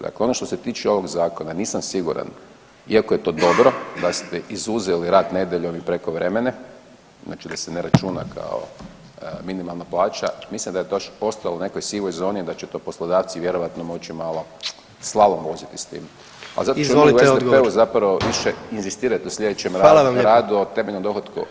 Dakle, ono što se tiče ovog zakona nisam siguran iako je to dobro da ste izuzeli rad nedjeljom i prekovremene, znači da se ne računa kao minimalna plaća, mislim da je to još ostalo u nekoj sivoj zoni da će to poslodavci vjerojatno moći malo slalom uzeti s tim [[Upadica: Izvolite odgovor]] A zato ću u SDP-u zapravo više inzistirat na slijedećem radu [[Upadica: Hvala vam lijepo]] o temeljnom dohotku.